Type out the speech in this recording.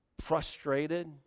frustrated